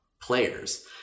players